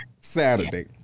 Saturday